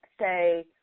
say